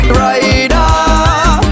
rider